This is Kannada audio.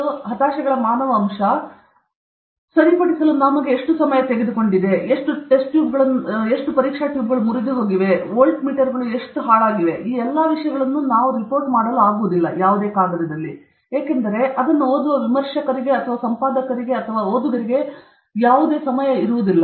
ಆದ್ದರಿಂದ ಈ ಹತಾಶೆಗಳ ಮಾನವ ಅಂಶ ಮಾರ್ಗದರ್ಶಿ ಸರಿಪಡಿಸಲು ಎಷ್ಟು ಬಾರಿ ಎಷ್ಟು ಸಮಯ ತೆಗೆದುಕೊಂಡಿದೆ ಎಷ್ಟು ಪರೀಕ್ಷಾ ಟ್ಯೂಬ್ಗಳು ಮುರಿದುಹೋಗಿದೆ ಎಷ್ಟು ಈ ವಿಷಯದ ವೋಲ್ಟ್ ಮೀಟರ್ಗಳು ಸರಿಯಾಗಿ ಹೊರಟವು ಈ ಎಲ್ಲ ವಿಷಯಗಳನ್ನೂ ಪ್ರೋಗ್ರಾಂ ಕಪ್ಪಾಡ್ ಮಾಡಿಲ್ಲ ಎಷ್ಟು ಬಾರಿ ನೋಡಲಾಗುವುದಿಲ್ಲ ಏಕೆಂದರೆ ವಿಮರ್ಶಕರಿಗೆ ಯಾವುದೇ ಸಮಯವಿಲ್ಲ ಅಥವಾ ವಿಮರ್ಶಕರಿಗೆ ಅಥವಾ ಸಂಪಾದಕರಿಗೆ ಅಥವಾ ಓದುಗರಿಗೆ ಸಮಯ ಇರುವುದಿಲ್ಲ